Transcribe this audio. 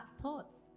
thoughts